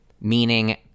meaning